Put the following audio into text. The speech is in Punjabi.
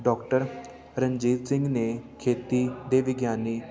ਡਾਕਟਰ ਰਣਜੀਤ ਸਿੰਘ ਨੇ ਖੇਤੀ ਦੇ ਵਿਗਿਆਨੀ